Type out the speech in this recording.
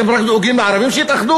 אתם דואגים רק לערבים שיתאחדו?